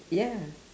ya